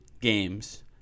games